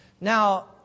Now